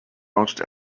most